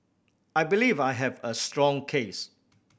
I believe I have a strong case